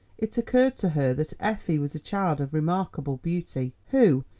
it occurred to her that effie was a child of remarkable beauty, who,